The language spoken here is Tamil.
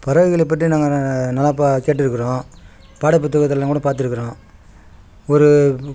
பறவைகளைப் பற்றி நாங்கள் நாங்கள் நல்லா பா கேட்டிருக்குறோம் பாடப் புத்தகத்துலெல்லாம் கூட பார்த்துருக்குறோம் ஒரு